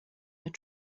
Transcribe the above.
your